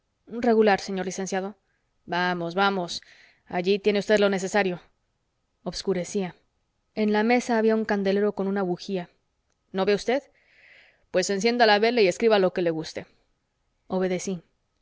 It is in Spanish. letra regular señor licenciado vamos vamos allí tiene usted lo necesario obscurecía en la mesa había un candelero con una bujía no ve usted pues encienda la vela y escriba lo que guste obedecí